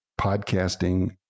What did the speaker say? podcasting